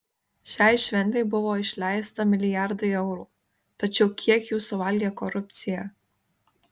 šiai šventei buvo išleista milijardai eurų tačiau kiek jų suvalgė korupcija